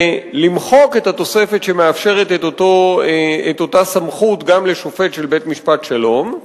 ולמחוק את התוספת שמאפשרת את אותה סמכות גם לשופט של בית-משפט שלום.